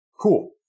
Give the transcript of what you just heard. cool